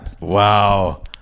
Wow